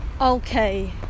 Okay